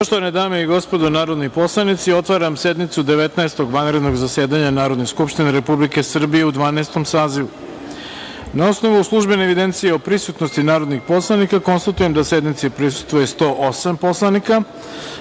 Poštovane dame i gospodo narodni poslanici, otvaram sednicu Devetnaestog vanrednog zasedanja Narodne skupštine Republike Srbije u Dvanaestom sazivu. Na osnovu službene evidencije o prisutnosti narodnih poslanika, konstatujem da sednici prisustvuje 108 narodnih